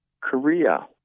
Korea